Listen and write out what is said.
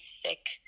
thick